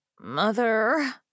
Mother